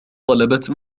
طلبت